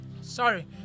sorry